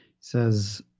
Says